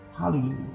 Hallelujah